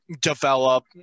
develop